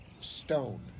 stone